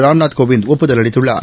ராம்நாத் கோவிந்த் ஒப்புதல் அளித்துள்ளார்